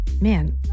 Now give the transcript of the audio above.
man